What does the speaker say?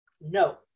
No